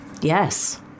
Yes